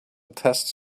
test